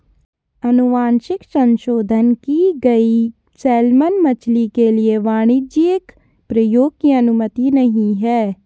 अनुवांशिक संशोधन की गई सैलमन मछली के लिए वाणिज्यिक प्रयोग की अनुमति नहीं है